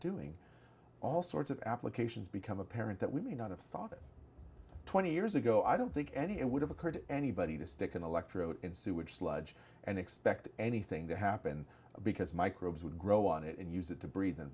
doing all sorts of applications become apparent that we may not have thought it twenty years ago i don't think any it would have occurred anybody to stick an electrode in sewage sludge and expect anything to happen because microbes would grow on it and use it to breathe and